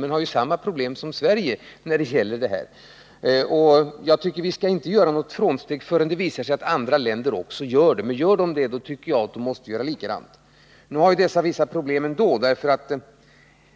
Men de har ju samma problem som Sverige, och jag tycker inte att vi skall göra något frånsteg förrän det visar sig att andra länder också gör det. Men om de gör det måste vi göra likadant. Nu har vi vissa problem ändå, och det